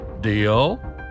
Deal